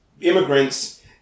immigrants